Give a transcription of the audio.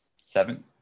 seven